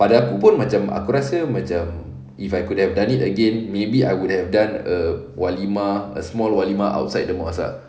pada aku pun aku rasa macam if I could have done it again maybe I would have done a walimah a small walimah outside the mosque ah